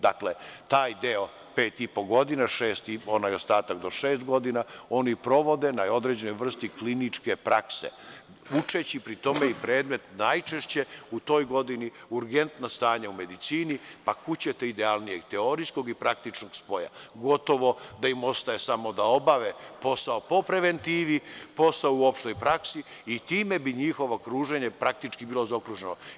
Dakle, taj deo pet i po godina i onaj ostatak do šest godina oni provode na određenoj vrsti kliničke prakse, učeći pri tome i predmet, najčešće, urgentna stanja u medicina, a kuda ćete idealnije – teorijski i praktičan spoj, gotovo da im ostaje samo da obave posao po preventivi, posao u opštoj praksi i time bi njihovo kruženje bilo zaokruženo.